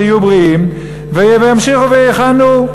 שיהיו בריאים וימשיכו ויכהנו.